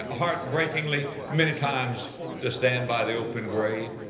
ah heartbreakenly many times to stand by the open grave.